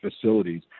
facilities